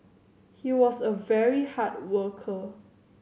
he was a very hard worker